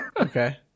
Okay